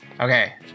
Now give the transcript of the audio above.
Okay